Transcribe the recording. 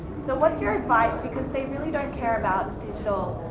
so what's your advice? because they really don't care about digital,